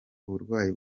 uburwayi